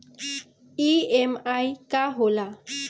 EMI का होला?